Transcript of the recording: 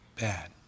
bad